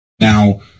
now